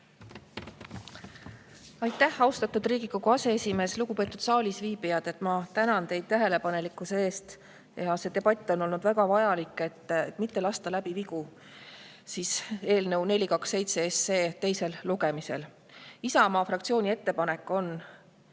Aitäh, austatud Riigikogu aseesimees! Lugupeetud saalisviibijad! Ma tänan teid tähelepanelikkuse eest. See debatt on olnud väga vajalik, et mitte lasta läbi vigu eelnõu 427 teisel lugemisel. Isamaa fraktsiooni ettepanek on